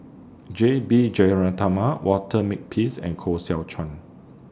J B Jeyaretnam Walter Makepeace and Koh Seow Chuan